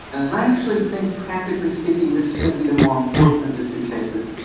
i actually think, practically speaking, this is going to be the more important of the two cases.